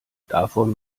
davon